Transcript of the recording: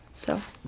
so.